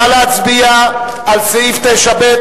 נא להצביע על סעיף 9(ב),